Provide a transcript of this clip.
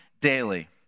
daily